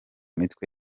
mitwe